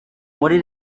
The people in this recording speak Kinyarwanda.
muri